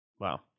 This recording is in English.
Wow